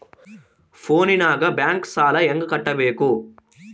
ಫೋನಿನಾಗ ಬ್ಯಾಂಕ್ ಸಾಲ ಹೆಂಗ ಕಟ್ಟಬೇಕು?